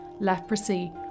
leprosy